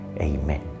Amen